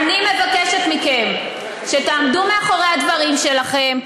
אני מבקשת מכם שתעמדו מאחורי הדברים שלכם.